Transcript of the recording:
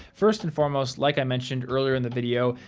first and foremost, like i mentioned earlier in the video,